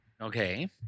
Okay